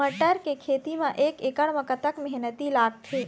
मटर के खेती म एक एकड़ म कतक मेहनती लागथे?